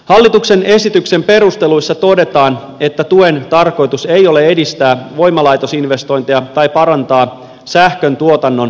hallituksen esityksen perusteluissa todetaan että tuen tarkoitus ei ole edistää voimalaitosinvestointeja tai parantaa sähköntuotannon kannattavuutta